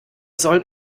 sollen